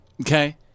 Okay